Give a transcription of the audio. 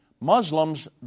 Muslims